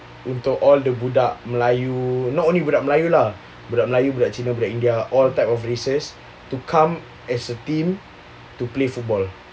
untuk all the budak melayu not only budak melayu lah budak melayu budak cina there are all types of races to come as a team to play football